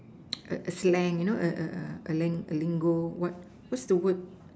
a a slang you know a a a lingo what what's the word